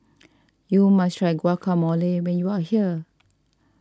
you must try Guacamole when you are here